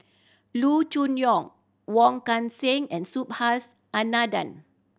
Loo Choon Yong Wong Kan Seng and Subhas Anandan